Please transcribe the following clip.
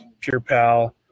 PurePal